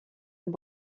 and